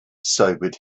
sobered